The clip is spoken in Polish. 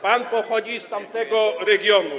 Pan pochodzi z tamtego regionu.